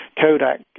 Kodak